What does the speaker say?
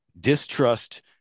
distrust